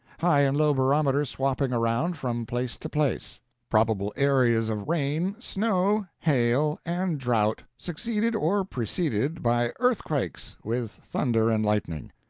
high and low barometer swapping around from place to place probable areas of rain, snow, hail, and drought, succeeded or preceded by earthquakes, with thunder and lightning.